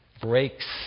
breaks